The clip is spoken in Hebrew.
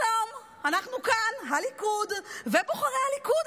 שלום, אנחנו כאן, הליכוד ובוחרי הליכוד.